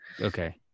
Okay